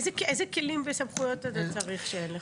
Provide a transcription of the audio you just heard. איזה כלים וסמכויות אתה צריך שאין לך?